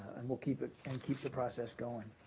and we'll keep it and keep the process going.